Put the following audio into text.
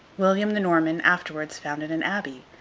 william the norman afterwards founded an abbey,